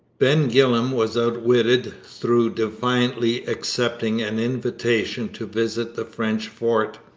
ben gillam was outwitted through defiantly accepting an invitation to visit the french fort.